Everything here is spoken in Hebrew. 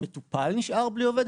המטופל נשאר בלי עובד?